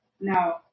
No